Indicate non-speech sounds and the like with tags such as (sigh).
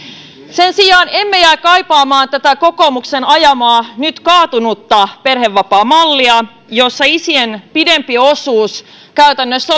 sen sijaan emme jää kaipaamaan tätä kokoomuksen ajamaa nyt kaatunutta perhevapaamallia jossa isien pidempi osuus käytännössä (unintelligible)